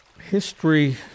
History